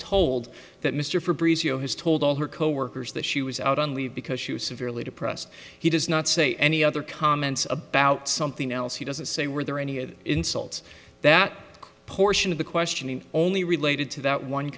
told that mr for breezy zero has told all her coworkers that she was out on leave because she was severely depressed he does not say any other comments about something else he doesn't say were there any other insults that portion of the questioning only related to that one